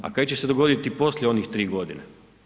A kaj će se dogoditi poslije onih 3 godine?